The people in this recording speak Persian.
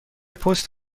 پست